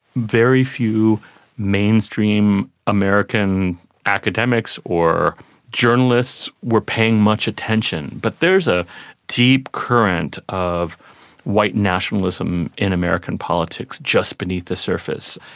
very few mainstream american academics or journalists were paying much attention, but there's a deep current of white nationalism in american politics just beneath the surface.